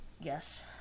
Yes